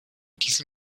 diesen